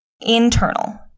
internal